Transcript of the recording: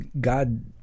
God